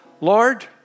Lord